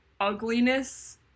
ugliness